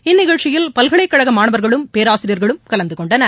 இந்நிகழ்ச்சியில் பல்கலைக்கழக மாணவர்களும் பேராசிரியர்களும் கலந்துகொண்டனர்